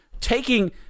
taking